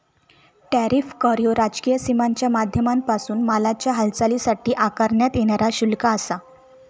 tariff कर ह्यो राजकीय सीमांच्या माध्यमांपासून मालाच्या हालचालीसाठी आकारण्यात येणारा शुल्क आसा